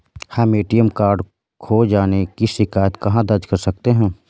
हम ATM card खो जाने की शिकायत कहाँ दर्ज कर सकते हैं?